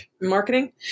marketing